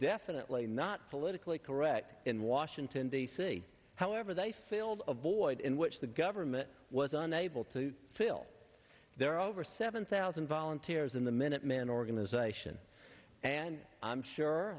definitely not politically correct in washington d c however they failed avoid in which the government was unable to fill their over seven thousand volunteers in the minuteman organization and i'm sure